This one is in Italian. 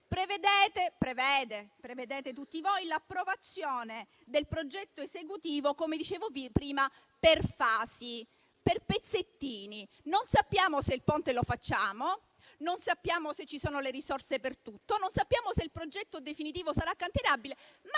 prevedete l'approvazione del progetto esecutivo, come dicevo prima, per fasi, a pezzettini; non sappiamo se il ponte lo facciamo, non sappiamo se ci sono le risorse per tutto e non sappiamo se il progetto definitivo sarà cantierabile, ma